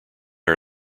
are